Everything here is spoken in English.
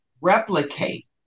replicate